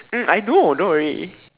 mm I know don't worry